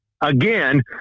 Again